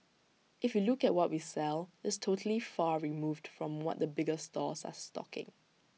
if you look at what we sell it's totally far removed from what the bigger stores are stocking